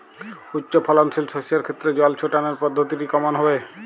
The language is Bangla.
উচ্চফলনশীল শস্যের ক্ষেত্রে জল ছেটানোর পদ্ধতিটি কমন হবে?